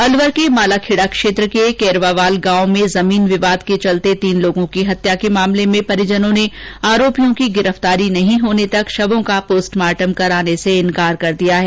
अलवर के मालाखेडा क्षेत्र के केरवावाल गांव में जमीन विवाद के चलते तीन लोगों की हत्या के मामले में परिजनों ने आरोपियों की गिरफ्तारी नहीं होने तक शवों का पोस्टमार्टम कराने से इंकार कर दिया है